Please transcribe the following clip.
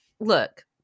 Look